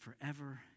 forever